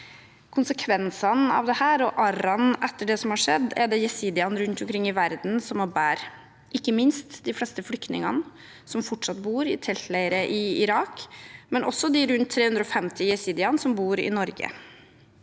Konsekvensene av dette og arrene etter det som har skjedd, er det jesidiene rundt omkring i verden som må bære, ikke minst de fleste flyktningene, som fortsatt bor i teltleirer i Irak, men også de rundt 350 jesidiene som bor i Norge.